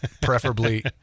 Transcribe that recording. preferably